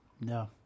No